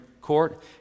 Court